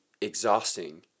exhausting